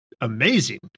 amazing